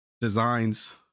designs